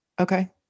Okay